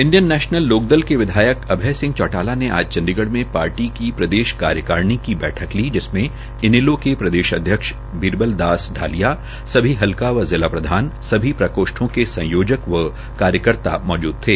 Indian National Lokdal के विधायक अभय सिंह चौटाला ने आज चंडीगढ़ में पार्टी की प्रेदश कार्यकारिणी की बैठक ली जिसमे इनैलो के प्रदेश अध्यक्ष बीरबल दास ालिया सभी हल्का व जिला प्रधान सभी प्रकोष्ठों के संयोजक व कार्यकर्ता मौजूद थे